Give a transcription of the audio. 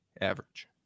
average